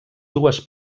dues